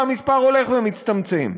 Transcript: והמספר הולך ומצטמצם.